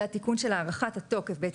זה התיקון של הארכת התוקף.